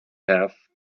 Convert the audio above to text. have